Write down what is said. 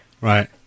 Right